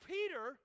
Peter